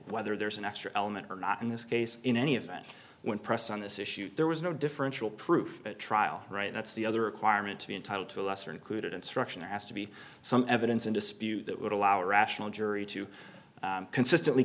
whether there's an extra element or not in this case in any event when pressed on this issue there was no differential proof at trial right that's the other requirement to be entitled to a lesser included instruction has to be some evidence in dispute that would allow a rational jury to consistently